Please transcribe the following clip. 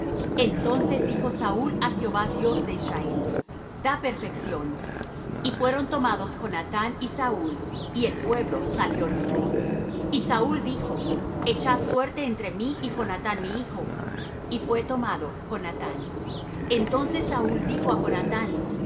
entonces dijo saúl á jehová dios de israel da perfección y fueron tomados jonathán y saúl y el pueblo salió libre y saúl dijo echad suerte entre mí y jonathán mi hijo y fué tomado jonathán entonces saúl dijo á jonathán